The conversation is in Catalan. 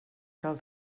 cal